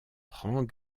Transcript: prends